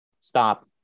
Stop